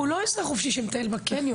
הוא לא אזרח שמסתובב בקניון.